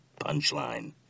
punchline